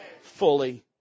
fully